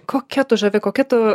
kokia tu žavi kokia tu